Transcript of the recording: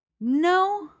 No